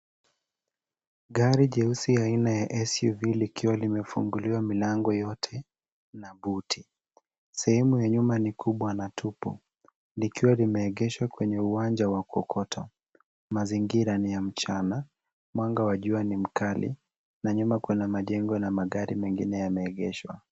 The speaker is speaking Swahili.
gari jeusi aina ya [SUV] likiwa limefunguliwa milango yote na buti sehemu ya nyuma ni kubwa na tupu likiwa limeegeshwa kwenye uwanja wa kokoto mazingira ni ya mchana mwanga wa jua ni mkali na nyuma kuna majengo na magari mengine yaliyoegeshwa